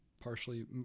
partially